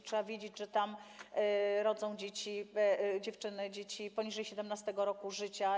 Trzeba wiedzieć, że tam rodzą dzieci dziewczyny, dzieci poniżej 17. roku życia.